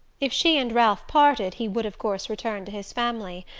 if she and ralph parted he would of course return to his family,